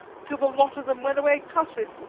till the lot of them went away cussin'.